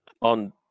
on